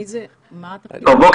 בבקשה, יוסי דגן.